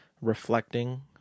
reflecting